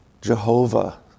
Jehovah